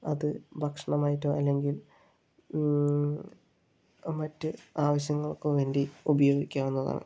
അത് ഭക്ഷണമായിട്ടൊ അല്ലങ്കിൽ മറ്റ് ആവശ്യങ്ങൾക്കൊ വേണ്ടി ഉപയോഗിക്കാവുന്നതാണ്